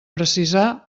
precisar